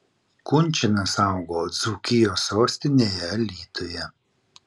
kunčinas augo dzūkijos sostinėje alytuje